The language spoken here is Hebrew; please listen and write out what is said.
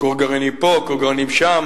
כור גרעיני פה, כור גרעיני שם.